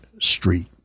Street